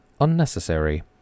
unnecessary